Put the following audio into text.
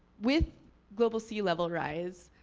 with global sea level rise,